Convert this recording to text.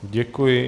Děkuji.